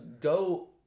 go